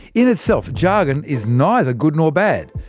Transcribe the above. in itself, jargon is neither good nor bad.